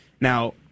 Now